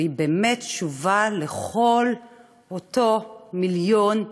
והיא באמת תשובה לכל אותו מיליון אזרחים,